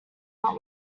not